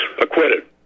acquitted